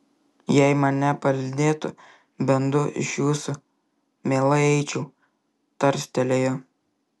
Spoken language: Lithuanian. jei mane palydėtų bent du iš jūsų mielai eičiau tarstelėjo